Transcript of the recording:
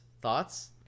thoughts